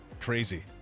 Crazy